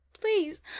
please